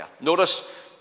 Notice